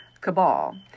cabal